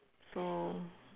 so